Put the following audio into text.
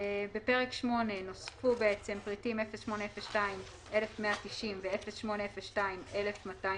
בפרק 8 נוספו פריטים 08021190 ו-08021290,